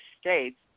states